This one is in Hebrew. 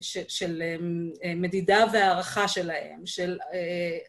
של מדידה והערכה שלהם, של...